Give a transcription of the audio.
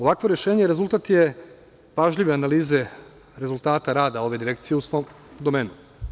Ovakvo rešenje rezultat je pažljive analize rezultata rada ove direkcije u svom domenu.